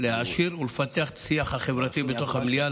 להעשיר ולפתח את השיח החברתי במליאה,